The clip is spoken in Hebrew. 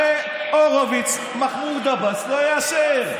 הרי הורוביץ, מנסור עבאס לא יאשר.